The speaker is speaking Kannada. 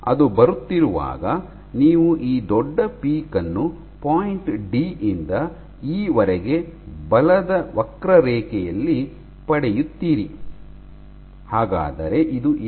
ಅದು ಬರುತ್ತಿರುವಾಗ ನೀವು ಈ ದೊಡ್ಡ ಪೀಕ್ ಅನ್ನು ಪಾಯಿಂಟ್ ಡಿ ಯಿಂದ ಇ ವರೆಗೆ ಬಲದ ಕ್ರರೇಖೆಯಲ್ಲಿ ಪಡೆಯುತ್ತೀರಿ ಹಾಗಾದರೆ ಇದು ಏನು